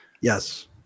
Yes